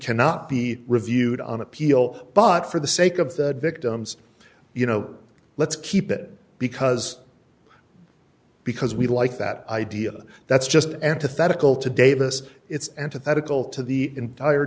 cannot be reviewed on appeal but for the sake of the victims you know let's keep it because because we like that idea that's just antithetical to davis it's antithetical to the entire